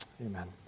Amen